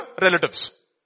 relatives